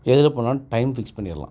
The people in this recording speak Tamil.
எதில் போனாலும் டைம் ஃபிக்ஸ் பண்ணிடலாம்